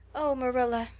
oh, marilla,